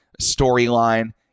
storyline